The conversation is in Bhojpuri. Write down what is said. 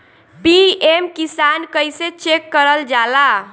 पी.एम किसान कइसे चेक करल जाला?